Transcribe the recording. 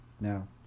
Now